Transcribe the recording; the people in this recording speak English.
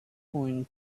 point